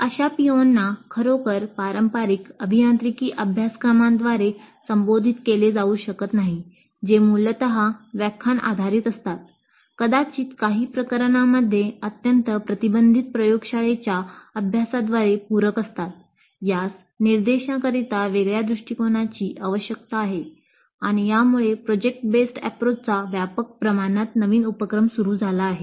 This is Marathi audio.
अशा पीओंना व्यापक प्रमाणात नवीन उपक्रम सुरु झाला आहे